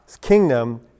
kingdom